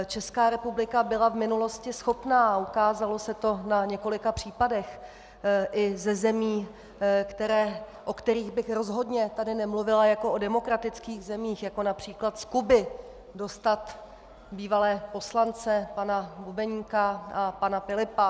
Česká republika byla v minulosti schopna, a ukázalo se to na několika případech, i ze zemí, o kterých bych rozhodně tady nemluvila jako o demokratických zemích, jako například z Kuby, dostat bývalé poslance pana Bubeníka a pana Pilipa.